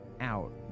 out